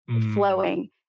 flowing